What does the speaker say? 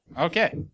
Okay